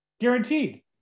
Guaranteed